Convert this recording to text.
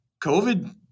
COVID